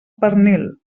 pernil